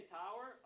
tower